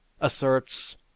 asserts